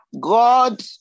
God